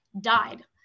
died